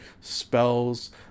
spells